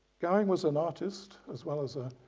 gowing was an artist as well as ah